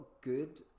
good